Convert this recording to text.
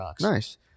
nice